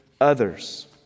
others